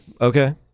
Okay